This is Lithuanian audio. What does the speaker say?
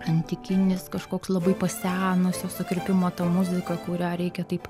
antikinis kažkoks labai pasenusio sukirpimo ta muzika kurią reikia taip